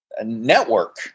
network